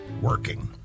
working